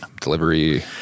delivery